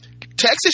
Texas